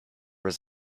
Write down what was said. was